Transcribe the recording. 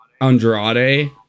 Andrade